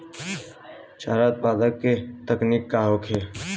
चारा उत्पादन के तकनीक का होखे?